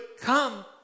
come